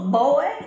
boy